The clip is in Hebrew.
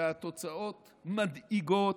והתוצאות מדאיגות,